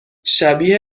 شبیه